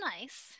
nice